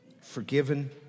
forgiven